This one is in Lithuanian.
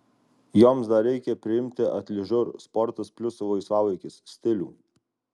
joms dar reikia priimti atližur sportas plius laisvalaikis stilių